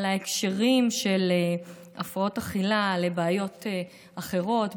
על הקשרים של הפרעות אכילה לבעיות אחרות,